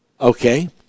Okay